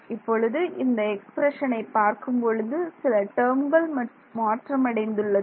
இப்பொழுது இந்த எக்ஸ்பிரஷனை பார்க்கும் பொழுது சில டேர்ம்கள் மாற்றம் அடைந்து உள்ளது